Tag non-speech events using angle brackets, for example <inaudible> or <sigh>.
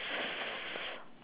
<noise>